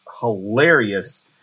hilarious